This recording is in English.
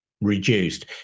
reduced